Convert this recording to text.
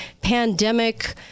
pandemic